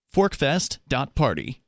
ForkFest.party